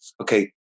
okay